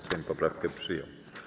Sejm poprawkę przyjął.